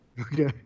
Okay